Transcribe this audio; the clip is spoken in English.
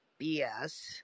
BS